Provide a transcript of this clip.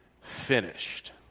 finished